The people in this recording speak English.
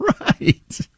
Right